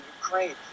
Ukraine